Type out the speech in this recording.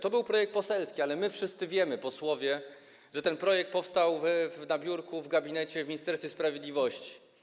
To był projekt poselski, ale my wszyscy, posłowie, wiemy, że ten projekt powstał na biurku w gabinecie w Ministerstwie Sprawiedliwości.